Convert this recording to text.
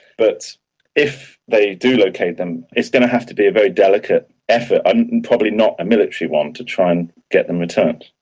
but if they do locate them it's going to have to be a very delicate effort and probably not a military one to try and get them returned.